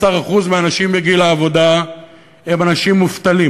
12% מהאנשים בגיל העבודה הם אנשים מובטלים